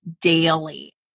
daily